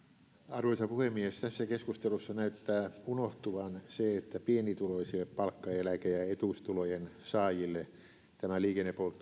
arvoisa puhemies tässä keskustelussa näyttää unohtuvan se että pienituloisille palkka eläke ja etuustulojen saajille tämä liikennepolttoaineiden